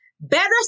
Better